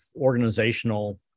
organizational